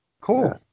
Cool